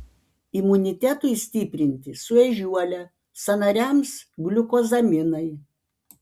imunitetui stiprinti su ežiuole sąnariams gliukozaminai